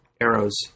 arrows